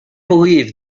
believe